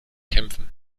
kämpfen